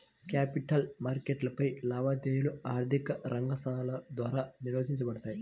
capital మార్కెట్లపై లావాదేవీలు ఆర్థిక రంగ సంస్థల ద్వారా నిర్వహించబడతాయి